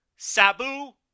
Sabu